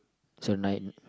so night